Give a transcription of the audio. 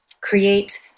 create